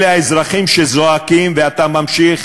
אלה האזרחים, שזועקים, ואתה ממשיך